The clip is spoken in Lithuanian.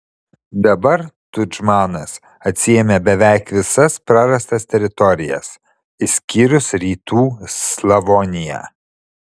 dabar tudžmanas atsiėmė beveik visas prarastas teritorijas išskyrus rytų slavoniją